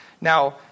Now